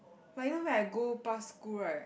but you know when I go past school right